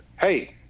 hey